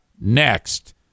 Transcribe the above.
next